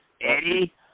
Eddie